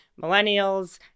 millennials